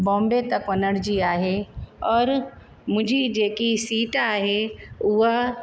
बॉम्बे तक वञण जी आहे और मुंहिंजी जेकी सीट आहे उहा